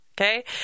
okay